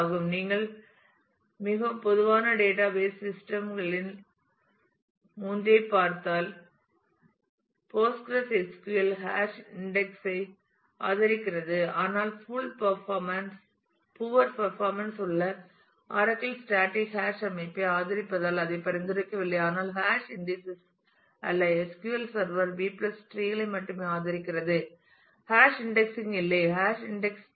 நீங்கள் மிகவும் பொதுவான டேட்டாபேஸ் சிஸ்டம் களில் 3 ஐப் பார்த்தால் போஸ்ட்கிரெஸ்க்யூல் ஹாஷ் இன்டெக்ஸ் ஐ ஆதரிக்கிறது ஆனால் புவர் பர்பாமன்ஸ் உள்ள ஆரக்கிள் ஸ்டாடிக் ஹாஷ் அமைப்பை ஆதரிப்பதால் அதை பரிந்துரைக்கவில்லை ஆனால் ஹாஷ் இன்டீஸஸ் அல்ல SQL சர்வர் பி B டிரீகளை மட்டுமே ஆதரிக்கிறது ஹாஷ் இன்டெக்ஸிங் இல்லை ஹாஷ் இன்டெக்ஸ் ஸ்பேஸ்